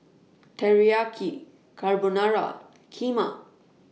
Teriyaki Carbonara Kheema